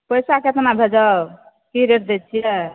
पैसा कितना भेज़ब कि रेट दै छियै